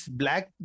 black